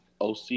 OC